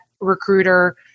recruiter